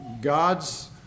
God's